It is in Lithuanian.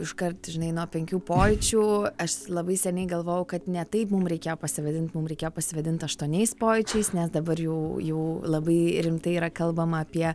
iškart žinai nuo penkių pojūčių aš labai seniai galvojau kad ne taip mum reikėjo pasivadint mum reikėjo pasivadint aštuoniais pojūčiais nes dabar jau jau labai rimtai yra kalbama apie